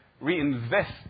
reinvest